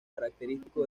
característico